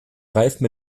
reifen